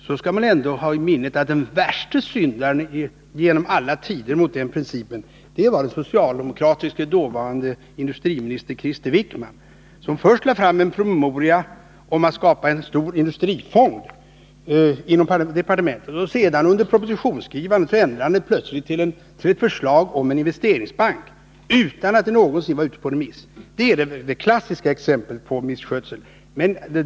Då skall man ha i minnet att den värsta syndaren genom alla tider mot den principen var den socialdemokratiske dåvarande industriministern Krister Wickman, som först lade fram en promemoria om att skapa en stor industrifond och sedan under propositionsskrivandet plötsligt ändrade förslaget till att avse en investeringsbank — utan att det någonsin var ute på remiss. Det är det klassiska exemplet på misskötsel.